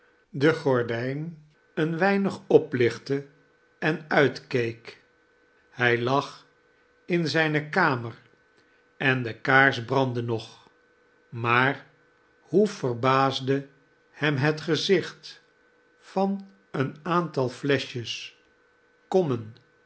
de gordijn een weinig oplichtte en uitkeek hij lag in zijne kamer en de kaarsbrandde nog maar hoe verbaasde hem het gezicht van een aantal fleschjes kommen